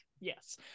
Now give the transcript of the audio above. yes